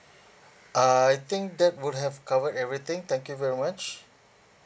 uh I think that would have covered everything thank you very much